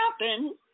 happen